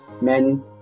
Men